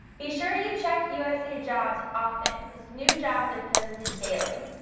be sure you check usajobs often, as new jobs are posted daily.